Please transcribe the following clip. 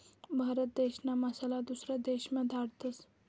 भारत देशना मसाला दुसरा देशमा धाडतस